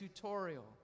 tutorial